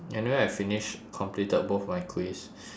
anyway I finish completed both my quiz